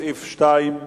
הסתייגות (2)